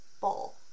ball